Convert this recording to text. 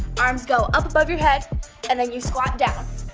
arms go up above your head and then you squat down.